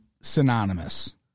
synonymous